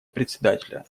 председателя